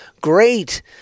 great